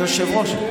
היושב-ראש,